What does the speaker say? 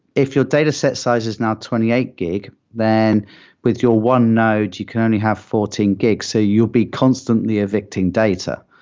if your dataset size is now twenty eight gig, then with your one node you can only have fourteen gig. so you will be constantly evicting data.